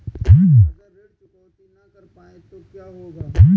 अगर ऋण चुकौती न कर पाए तो क्या होगा?